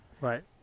right